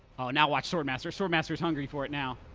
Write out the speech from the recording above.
oh, now watch sword master sword master's hungry for it now.